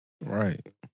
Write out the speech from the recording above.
Right